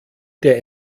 der